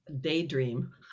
daydream